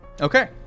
Okay